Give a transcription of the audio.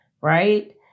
right